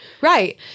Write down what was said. Right